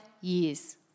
years